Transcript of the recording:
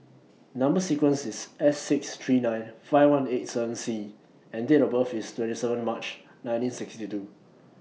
Number sequence IS S six three nine five one eight seven C and Date of birth IS twenty seven March nineteen sixty two